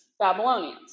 Babylonians